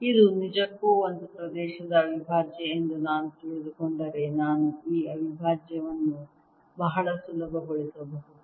ಇದು ನಿಜಕ್ಕೂ ಒಂದು ಪ್ರದೇಶದ ಅವಿಭಾಜ್ಯ ಎಂದು ನಾನು ತಿಳಿದುಕೊಂಡರೆ ನಾನು ಈ ಅವಿಭಾಜ್ಯವನ್ನು ಬಹಳ ಸುಲಭಗೊಳಿಸಬಹುದು